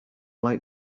like